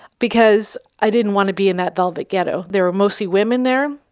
because i didn't want to be in that velvet ghetto, there were mostly women there,